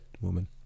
woman